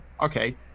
Okay